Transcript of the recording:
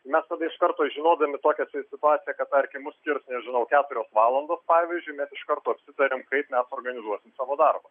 mes iš karto žinodami tokią situaciją kad tarkim mus skirs žinau keturios valandos pavyzdžiui mes iš karto apsitariam kaip mes organizuosim savo darbą